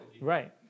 right